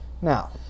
Now